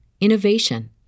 innovation